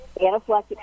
Anaphylactic